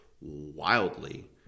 wildly